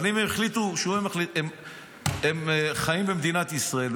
אבל אם הם החליטו שהם חיים במדינת ישראל,